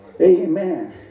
Amen